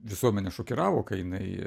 visuomenę šokiravo kai jinai